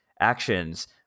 actions